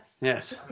yes